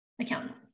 accountant